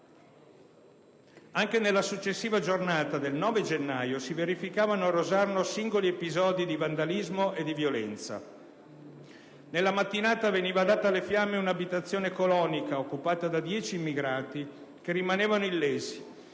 Anche nella successiva giornata del 9 gennaio si verificavano a Rosarno singoli episodi di vandalismo e di violenza: nella mattinata veniva data alle fiamme un'abitazione colonica occupata da 10 immigrati, che rimanevano illesi;